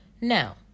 Now